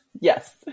Yes